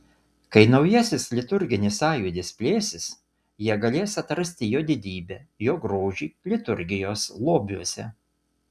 kai naujasis liturginis sąjūdis plėsis jie galės atrasti jo didybę jo grožį liturgijos lobiuose